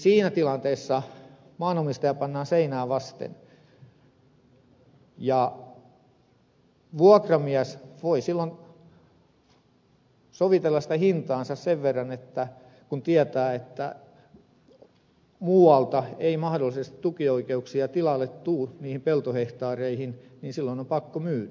siinä tilanteessa maanomistaja pannaan seinää vasten ja vuokramies voi silloin sovitella sitä hintaansa sen verran kun tietää että kun muualta ei mahdollisesti tukioikeuksia tilalle tule niihin peltohehtaareihin niin silloin on pakko myydä